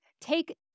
Take